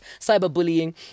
cyberbullying